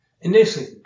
Initially